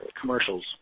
commercials